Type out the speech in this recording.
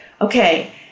okay